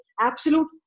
absolute